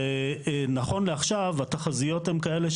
ונכון לעכשיו התחזיות הן כאלה,